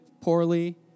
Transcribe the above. poorly